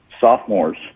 sophomores